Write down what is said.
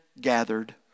gathered